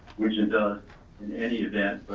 which is ah in any event,